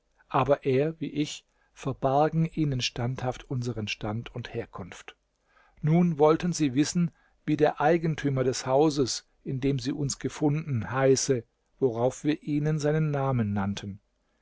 aber er wie ich verbargen ihnen standhaft unsern stand und herkunft nun wollten sie wissen wie der eigentümer des hauses in dem sie uns gefunden heiße worauf wir ihnen seinen namen nannten